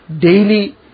daily